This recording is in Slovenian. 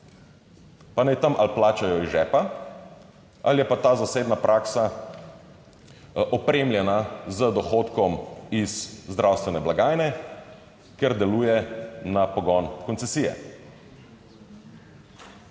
pa naj tam ali plačajo iz žepa ali je pa ta zasebna praksa, opremljena z dohodkom iz zdravstvene blagajne, ker deluje na pogon koncesije.